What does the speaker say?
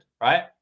right